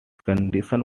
condition